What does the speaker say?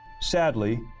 Sadly